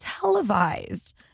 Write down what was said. televised